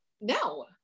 No